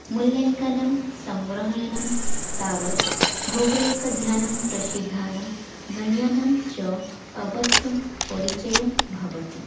मूल्याङ्कानां सङ्ग्रहणं तावत् भौगलिकाध्ययनं प्रसिद्धं गणितानञ्च अवश्यं परिचयं भवति